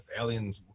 aliens